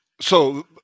So-